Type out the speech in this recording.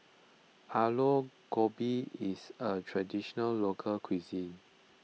Aloo Gobi is a Traditional Local Cuisine